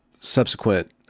subsequent